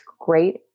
great